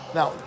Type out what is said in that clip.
Now